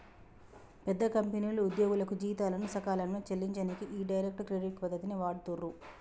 పెద్ద కంపెనీలు ఉద్యోగులకు జీతాలను సకాలంలో చెల్లించనీకి ఈ డైరెక్ట్ క్రెడిట్ పద్ధతిని వాడుతుర్రు